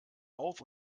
auf